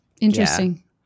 Interesting